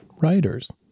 Writers